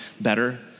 better